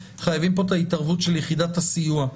חייבים פה את ההתערבות של יחידת הסיוע.